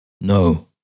No